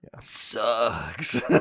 Sucks